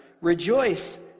Rejoice